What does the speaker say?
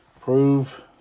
prove